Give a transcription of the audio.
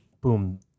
boom